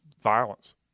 violence